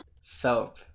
Soap